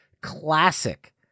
classic